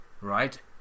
right